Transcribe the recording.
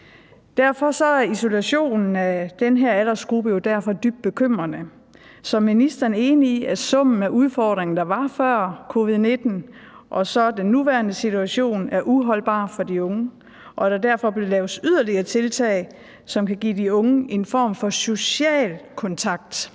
Derfor er isolationen blandt unge i den her aldersgruppe dybt bekymrende. Så er ministeren enig i, at summen af de udfordringer, der var før covid-19, og den nuværende situation er uholdbar for de unge, og at der derfor bør laves yderligere tiltag, som kan give de unge en form for social kontakt